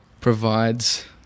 provides